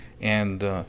and—